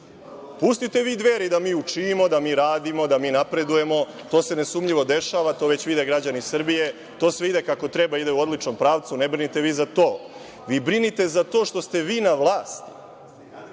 vi Dveri da mi učimo, da mi radimo, da mi napredujemo, to se nesumnjivo dešava. To već vide građani Srbije. To sve ide kako treba. To ide u odlučnom pravcu. Ne brinite vi za to. Vi brinite za to što ste vi na vlasti.